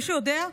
מישהו יודע?